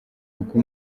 kuko